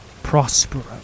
prospero